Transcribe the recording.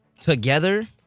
together